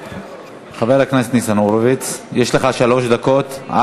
חבר הכנסת ניצן הורוביץ, יש לך שלוש דקות.